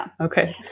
Okay